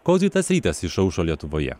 koks gi tas rytas išaušo lietuvoje